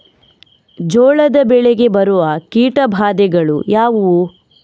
ಜೋಳದ ಬೆಳೆಗೆ ಬರುವ ಕೀಟಬಾಧೆಗಳು ಯಾವುವು?